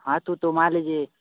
हाँ तो तो लीजिए